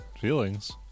Feelings